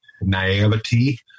naivety